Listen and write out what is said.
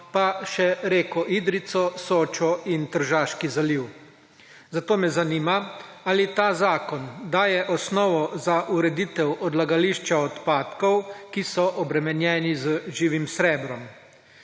pa še reko Idrijco, Sočo in Tržaški zaliv. Zato me zanima: Ali ta zakon daje osnovo za ureditev odlagališča odpadkov, ki so obremenjeni z živim srebrom?